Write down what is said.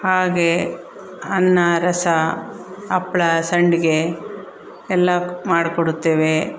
ಹಾಗೆ ಅನ್ನ ರಸ ಹಪ್ಳ ಸಂಡಿಗೆ ಎಲ್ಲ ಮಾಡಿಕೊಡುತ್ತೇವೆ